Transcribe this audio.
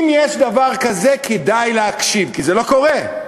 אם יש דבר כזה, כדאי להקשיב, כי זה לא קורה.